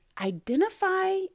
identify